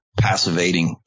passivating